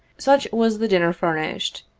such was the dinner furnished